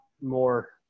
more